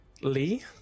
Lee